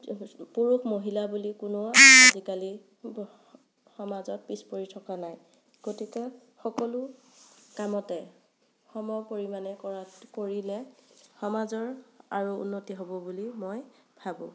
পুৰুষ মহিলা বুলি কোনো আজিকালি সমাজত পিছপৰি থকা নাই গতিকে সকলো কামতে সমপৰিমাণে কৰাত কৰিলে সমাজৰ আৰু উন্নতি হ'ব বুলি মই ভাবোঁ